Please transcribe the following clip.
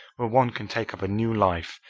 where one can take up a new life,